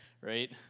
Right